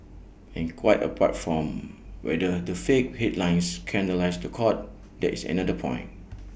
in quite apart from whether the fake headlines scandalise The Court there is another point